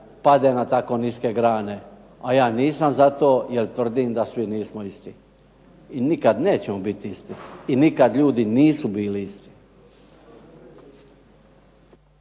pade na tako niske grane. A ja nisam za to jer tvrdim da svi nismo isti i nikad nećemo bit isti i nikad ljudi nisu bili isti.